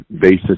basis